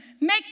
Make